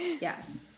Yes